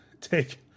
take